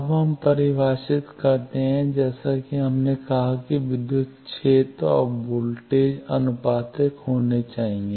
अब हम परिभाषित करते हैं जैसा कि हमने कहा कि विद्युत क्षेत्र और वोल्टेज आनुपातिक होना चाहिए